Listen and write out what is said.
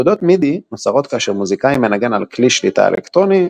פקודות מידי נוצרות כאשר מוזיקאי מנגן על כלי-שליטה אלקטרוני,